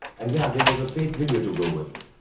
and yeah, there was a fake video to go with it.